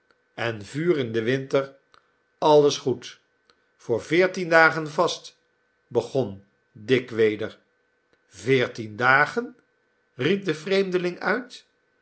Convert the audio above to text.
en vuur in den winter alles goed voor veertien dagen vast begon dick weder veertien dagen riep de vreemdeling uit